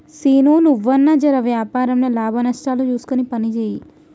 సీనూ, నువ్వన్నా జెర వ్యాపారంల లాభనష్టాలు జూస్కొని పనిజేయి